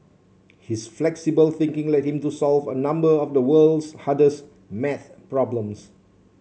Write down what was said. his flexible thinking led him to solve a number of the world's hardest math problems